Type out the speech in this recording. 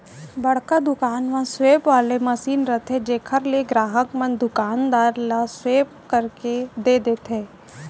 बड़का दुकान म स्वेप वाले मसीन रथे जेकर ले गराहक मन दुकानदार ल स्वेप करके दे देथे